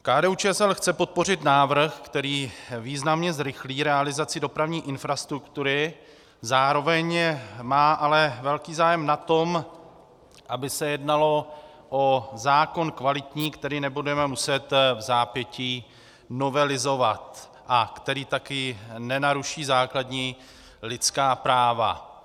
KDUČSL chce podpořit návrh, který významně zrychlí realizaci dopravní infrastruktury, zároveň má ale velký zájem na tom, aby se jednalo o zákon kvalitní, který nebudeme muset vzápětí novelizovat a který také nenaruší základní lidská práva.